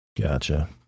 Gotcha